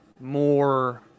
more